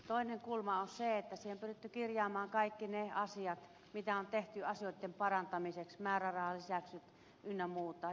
toinen näkökulma on se että siihen on pyritty kirjaamaan kaikki ne asiat joita on tehty asioitten parantamiseksi määrärahalisäykset ynnä muuta